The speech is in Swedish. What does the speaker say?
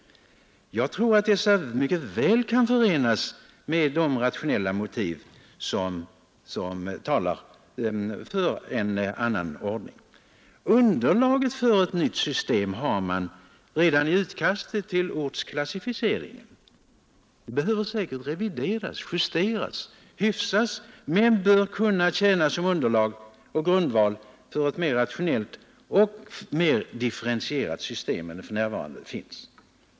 Jag tror att dessa mycket väl kan förenas med de rationella motiv som talar för en annan ordning. Underlag för ett nytt system har man redan i utkastet till ortsklassificeringen. Det behöver kanske revideras, justeras och hyfsas men bör kunna tjäna som grundval för ett mer rationellt och differentierat system än det nuvarande utgör.